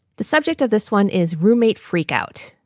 the subject of this one is roommate freak out.